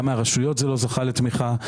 גם מהרשויות זה לא זכה לתמיכה.